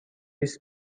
است